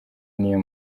n’iyo